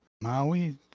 Maui